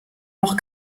noch